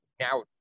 now